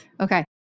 Okay